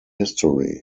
history